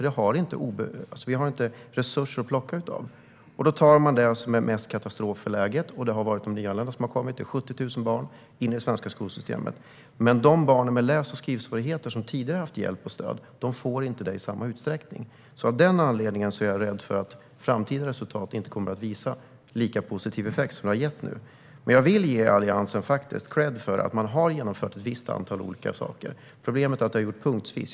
Det finns inga resurser att plocka från, utan då lägger man dem där det är mest katastrof för tillfället, nämligen på de nyanlända som har kommit in i det svenska skolsystemet - 70 000 barn. De barn med läs och skrivsvårigheter som tidigare haft hjälp och stöd får inte detta i samma utsträckning. Av den anledningen är jag rädd för att framtida resultat inte kommer att visa på en lika positiv effekt som vi nu har sett. Jag vill dock ge Alliansen kredd för att man har genomfört ett visst antal saker. Problemet är att detta gjorts punktvis.